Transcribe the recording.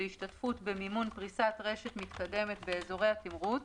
התמרוץ להשתתפות במימון פריסת רשת מתקדמת באזורי התמרוץ